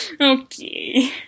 Okay